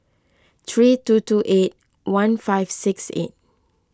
three two two eight one five six eight